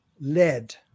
lead